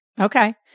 Okay